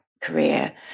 career